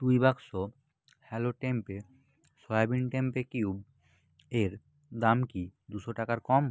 দুই বাক্স hello tempeh soybean tempeh cube এর দাম কি দুশো টাকার কম